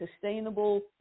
sustainable